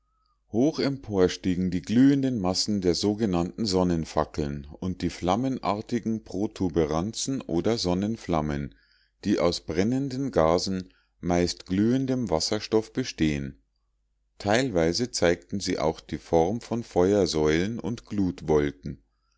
hoch empor stiegen die glühenden massen der sogenannten sonnenfackeln und die flammenartigen protuberanzen oder sonnenflammen die aus brennenden gasen meist glühendem wasserstoff bestehen teilweise zeigten sie auch die form von feuersäulen und